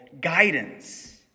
guidance